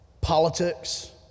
politics